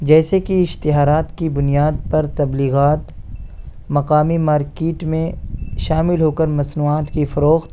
جیسے کہ اشتہارات کی بنیاد پر تبلیغات مقامی مارکیٹ میں شامل ہو کر مصنوعات کی فروخت